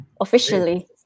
officially